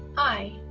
hi,